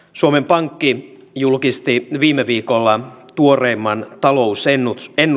suomen pankki julkisti viime viikolla tuoreimman talousennusteen